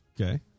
Okay